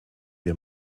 wir